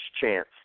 chance